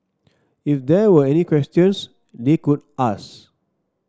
if there were any questions they could ask